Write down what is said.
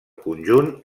conjunt